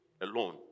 alone